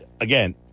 Again